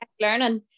learning